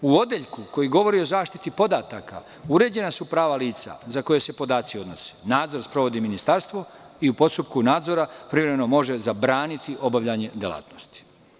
U odeljku koji govori o zaštiti podataka uređena su prava lica za koja se podaci odnose, nadzor sprovodi ministarstvo i u postupku nadzora privremeno može zabraniti obavljanje delatnosti.